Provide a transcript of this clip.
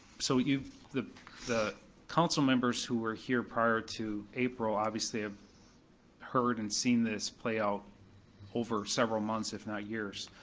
so the the council members who were here prior to april obviously have heard and seen this play out over several months if not years.